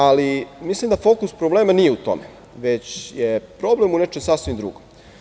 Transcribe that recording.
Ali, mislim da fokus problema nije u tome, već je problem u nečem sasvim drugom.